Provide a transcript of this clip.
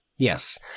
Yes